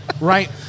Right